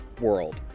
world